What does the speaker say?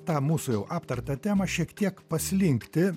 tą mūsų jau aptartą temą šiek tiek paslinkti